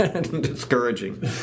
discouraging